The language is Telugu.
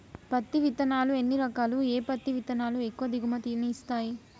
పత్తి విత్తనాలు ఎన్ని రకాలు, ఏ పత్తి విత్తనాలు ఎక్కువ దిగుమతి ని ఇస్తాయి?